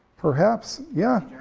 perhaps, yeah.